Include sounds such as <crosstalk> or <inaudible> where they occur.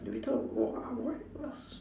<noise>